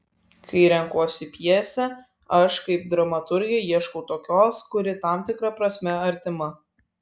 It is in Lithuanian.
kai renkuosi pjesę aš kaip dramaturgė ieškau tokios kuri tam tikra prasme artima